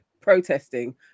protesting